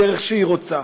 בדרך שהיא רוצה.